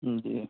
جی